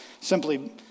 simply